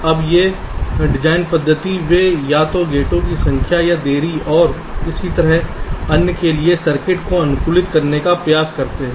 अब ये डिजाइन पद्धति वे या तो गेटों की संख्या या देरी और इसी तरह अन्य के लिए सर्किट को अनुकूलित करने का प्रयास करते हैं